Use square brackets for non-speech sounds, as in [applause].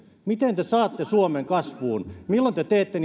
miten te saatte suomen kasvuun milloin te teette [unintelligible]